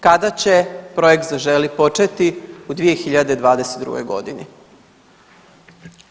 Kada će projekt Zaželi započeti u 2022. g.